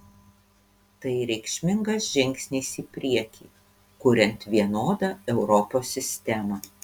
tai reikšmingas žingsnis į priekį kuriant vienodą europos sistemą